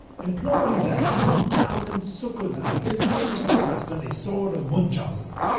imploring them to come down and succour them against the aristocrats and the sword of munchausen.